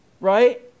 Right